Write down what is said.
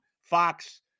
Fox